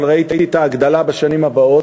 אבל ראיתי את ההגדלה בשנים הבאות.